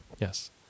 Yes